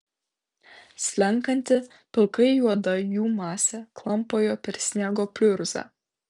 slenkanti pilkai juoda jų masė klampojo per sniego pliurzą